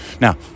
Now